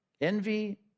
Envy